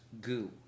goo